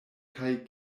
kaj